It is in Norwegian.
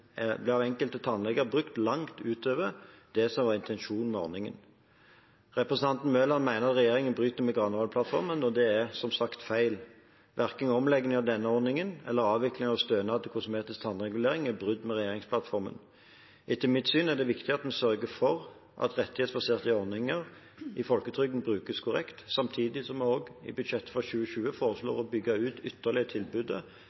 av enkelte tannleger brukt langt utover det som var intensjonen med ordningen. Representanten Mørland mener at regjeringen bryter med Granavolden-plattformen. Det er, som sagt, feil. Verken omleggingen av denne ordningen eller avviklingen av stønad til kosmetisk tannregulering er brudd med regjeringsplattformen. Etter mitt syn er det viktig at en sørger for at rettighetsbaserte ordninger i folketrygden brukes korrekt. Samtidig foreslår vi i budsjettet for 2020 å bygge ut tilbudet